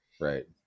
Right